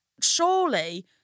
Surely